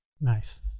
Nice